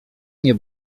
nie